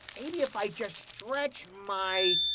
maybe if i just stretch my.